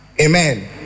Amen